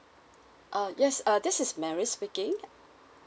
uh yes uh this is mary speaking